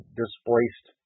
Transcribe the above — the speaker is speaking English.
displaced